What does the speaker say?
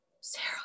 Sarah